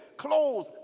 Clothes